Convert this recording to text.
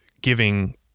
giving